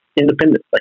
independently